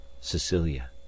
Cecilia